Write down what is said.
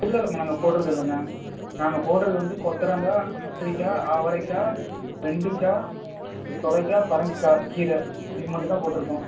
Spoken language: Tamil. இல்லை இல்லை நாங்கள் போடுகிறது இல்லைங்க நாங்கள் போடுகிறது வந்து கொத்தவரங்காய் கத்திரிக்காய் அவரைக்காய் வெண்டைக்கா சுரைக்கா பரங்கிக்காய் கீரை இது மட்டும்தான் போட்டிருக்கோம்